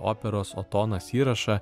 operos otonas įrašą